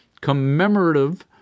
commemorative